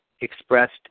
expressed